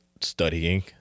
studying